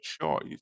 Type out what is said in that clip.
choice